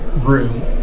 Room